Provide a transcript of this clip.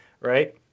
right